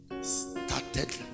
Started